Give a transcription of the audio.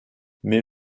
mais